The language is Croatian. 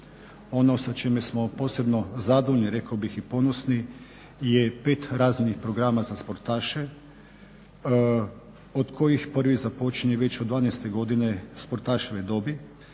Ono sa čime smo posebno zadovoljni, rekao bih i ponosni je pet razvojnih programa za sportaše, od kojih prvi započinje već od 12.godine sportaševe dobi.